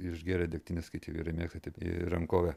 išgėrę degtinės kai tie vyrai mėgsta taip į rankovę